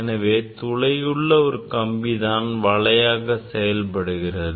எனவே துளையுள்ள ஒரு கம்பி தான் வலையாக செயல்படுகிறது